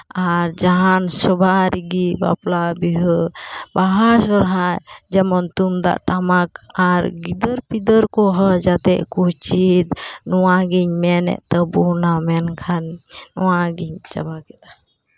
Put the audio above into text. ᱟᱨ ᱡᱟᱦᱟᱱ ᱥᱚᱵᱷᱟ ᱨᱮᱜᱮ ᱵᱟᱯᱞᱟ ᱵᱤᱦᱟᱹ ᱵᱟᱦᱟ ᱥᱚᱨᱦᱟᱭ ᱡᱮᱢᱚᱱ ᱛᱩᱢᱫᱟᱜ ᱴᱟᱢᱟᱠ ᱟᱨ ᱜᱤᱫᱟᱹᱨ ᱯᱤᱫᱟᱹᱨ ᱠᱚᱦᱚᱸ ᱡᱟᱛᱮ ᱠᱚ ᱪᱮᱫ ᱱᱚᱣᱟᱜᱮᱧ ᱢᱮᱱᱮᱫ ᱛᱟᱹᱵᱩᱱᱟ ᱢᱮᱱᱠᱷᱟᱱ ᱱᱣᱟᱜᱮᱧ ᱪᱟᱵᱟ ᱠᱮᱫᱟ